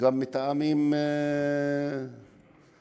וגם מטעמים, גם,